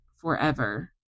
forever